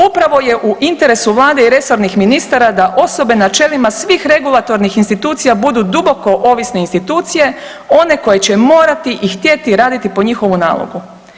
Upravo je u interesu vlade i resornih ministara da osobe na čelima svih regulatornih institucija budu duboko ovisne institucije, one koje će morati i htjeti raditi po njihovu nalogu.